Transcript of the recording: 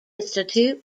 institute